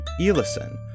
Elison